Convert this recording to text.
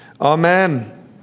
amen